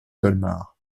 colmar